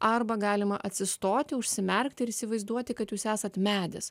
arba galima atsistoti užsimerkti ir įsivaizduoti kad jūs esat medis